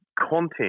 content